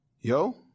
Yo